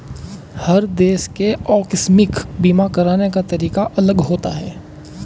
हर देश के आकस्मिक बीमा कराने का तरीका अलग होता है